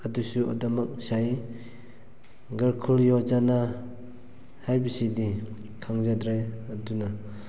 ꯑꯗꯨꯁꯨ ꯑꯗꯨꯃꯛ ꯁꯥꯏ ꯒꯔꯈꯣꯂꯤ ꯌꯣꯖꯅꯥ ꯍꯥꯏꯕꯁꯤꯗꯤ ꯈꯪꯖꯗ꯭ꯔꯦ ꯑꯗꯨꯅ